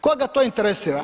Koga to interesira?